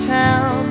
town